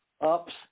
ups